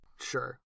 Sure